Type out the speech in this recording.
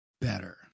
better